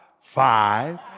Five